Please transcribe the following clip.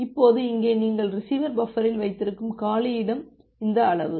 இப்போது இங்கே நீங்கள் ரிசீவர் பஃப்பரில் வைத்திருக்கும் காலி இடம் இந்த அளவு